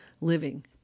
living